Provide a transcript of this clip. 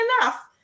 enough